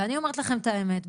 אני אומרת לכם את האמת,